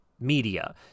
media